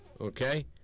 Okay